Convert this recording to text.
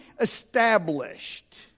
established